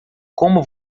como